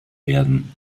werden